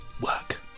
work